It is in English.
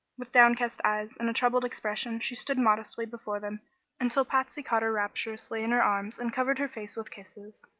with downcast eyes and a troubled expression she stood modestly before them until patsy caught her rapturously in her arms and covered her face with kisses.